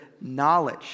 knowledge